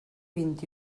vint